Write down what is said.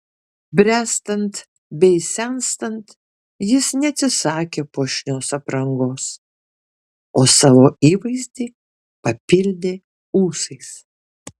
bręstant bei senstant jis neatsisakė puošnios aprangos o savo įvaizdį papildė ūsais